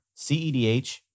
CEDH